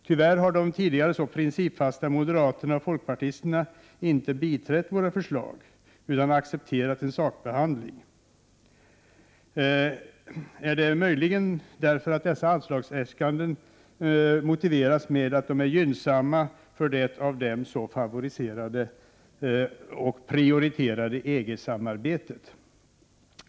Tyvärr har de tidigare så principfasta moderaterna och folkpartisterna inte biträtt våra förslag utan accepterat en sakbehandling. Är det möjligen därför att dessa anslagsäskanden motiveras med att de är gynnsamma för det av dem så favoriserade och prioriterade EG-samarbetet?